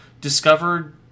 discovered